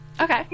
okay